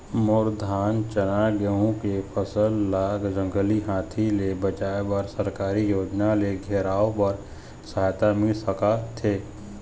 मोर धान चना गेहूं के फसल ला जंगली हाथी ले बचाए बर सरकारी योजना ले घेराओ बर सहायता मिल सका थे?